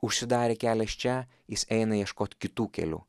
užsidarė kelias čia jis eina ieškot kitų kelių